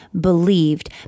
believed